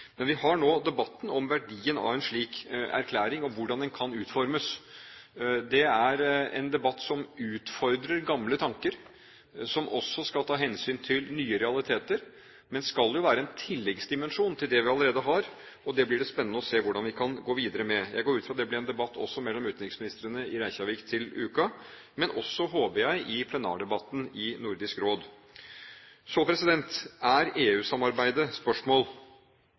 Men vi har nå debatten om verdien av en slik erklæring og hvordan den kan utformes. Det er en debatt som utfordrer gamle tanker, som også skal ta hensyn til nye realiteter, men som skal være en tilleggsdimensjon til det vi allerede har, og det blir det spennende å se hvordan vi kan gå videre med. Jeg går ut fra at det blir i en debatt mellom utenriksministrene i Reykjavik til uka – men også, håper jeg, under plenardebatten i Nordisk Råd. Så stilles det et spørsmål: